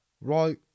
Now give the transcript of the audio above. Right